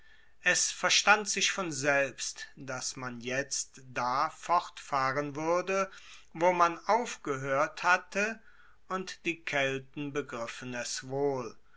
es verstand sich von selbst dass man jetzt da fortfahren wuerde wo man aufgehoert hatte und die kelten begriffen es wohl